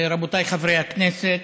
רבותיי חברי הכנסת,